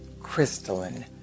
crystalline